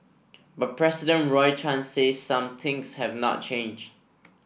but President Roy Chan says some things have not change